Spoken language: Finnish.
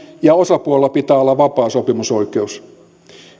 ja osapuolilla pitää olla vapaa sopimusoikeus